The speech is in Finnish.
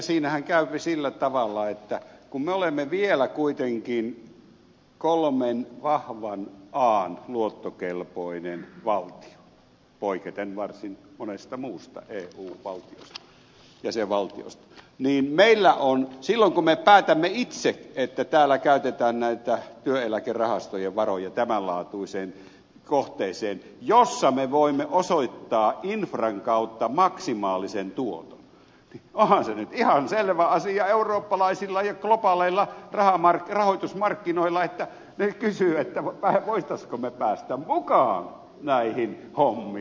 siinähän käykin sillä tavalla että kun me olemme vielä kuitenkin kolmen vahvan an luottokelpoinen valtio poiketen varsin monesta muusta eu jäsenvaltiosta niin silloin kun me päätämme itse että täällä käytetään näitä työeläkerahastojen varoja tämän laatuiseen kohteeseen jossa me voimme osoittaa infran kautta maksimaalisen tuoton niin onhan se nyt ihan selvä asia eurooppalaisilla ja globaaleilla rahoitusmarkkinoilla että ne kysyvät voisimmeko me päästä mukaan näihin hommiin